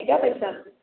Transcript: एॾा पेसा